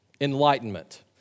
Enlightenment